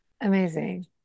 amazing